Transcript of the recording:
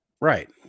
Right